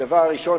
הדבר הראשון,